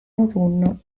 autunno